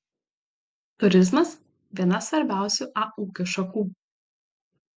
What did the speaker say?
turizmas viena svarbiausių a ūkio šakų